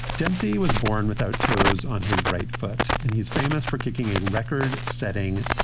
dempsey was born without toes on his right foot, and he's famous for kicking a record setting,